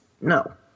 No